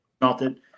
melted